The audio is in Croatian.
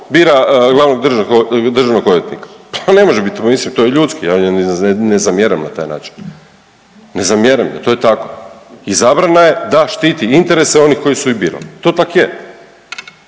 bira glavnog državnog odvjetnika, to ne može bit, mislim, to je ljudski, ja ne zamjeram na taj način. Ne zamjeram, to je tako, izabrana je da štiti interese onih koji su ih birali, to tak je.